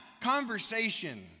conversation